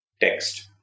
text